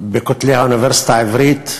בין כותלי האוניברסיטה העברית,